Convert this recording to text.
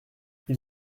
ils